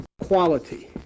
quality